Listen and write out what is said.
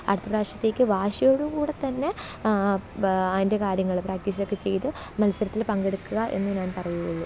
അടുത്ത പ്രാവശ്യത്തേക്ക് വാശിയോടു കൂടെ തന്നെ അതിന്റെ കാര്യങ്ങള് പ്രാക്ടീസൊക്കെ ചെയ്ത് മത്സരത്തില് പങ്കെടുക്കുക എന്ന് ഞാന് പറയുകയുള്ളൂ